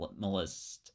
minimalist